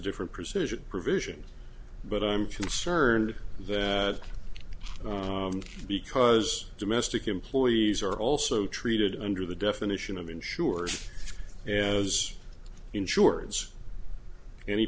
different precision provision but i'm concerned that because domestic employees are also treated under the definition of insurers and as insurance any